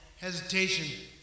hesitation